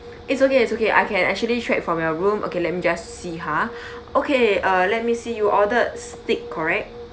it's okay it's okay I can actually track from your room okay let me just see ha okay uh let me see you ordered steak correct